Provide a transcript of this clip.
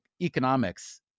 economics